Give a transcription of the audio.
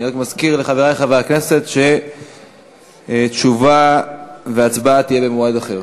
אני רק מזכיר לחברי חברי הכנסת שתשובה והצבעה יהיו במועד אחד.